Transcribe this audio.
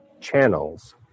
channels